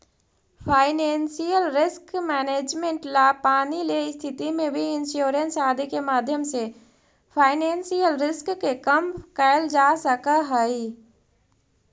financial risk management ला पानी ले स्थिति में भी इंश्योरेंस आदि के माध्यम से फाइनेंशियल रिस्क के कम कैल जा सकऽ हई